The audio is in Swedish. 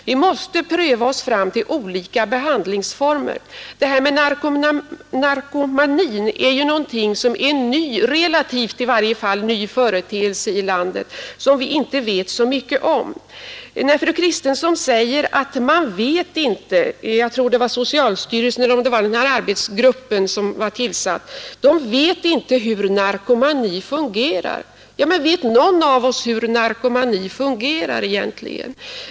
Vi måste pröva oss fram till olika behandlingsformer. Detta med narkomanin är ju någonting som är en i varje fall relativt ny företeelse i landet och som vi inte vet så mycket om. Fru Kristensson säger att man vet inte — jag kan inte avgöra om det var socialstyrelsen eller den tillsatta arbetsgruppen som hon syftade på — hur narkomanin fungerar. Ja, men vet någon av oss hur narkomani fungerar egentligen?